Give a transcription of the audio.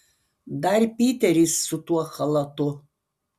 dar piteris su tuo chalatu